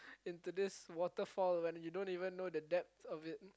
into this water fall when you don't even know the depth of it